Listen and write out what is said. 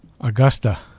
Augusta